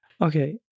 Okay